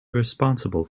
responsible